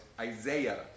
Isaiah